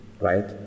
right